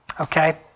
Okay